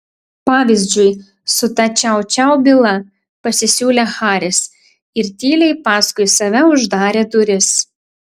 pavyzdžiui su ta čiau čiau byla pasisiūlė haris ir tyliai paskui save uždarė duris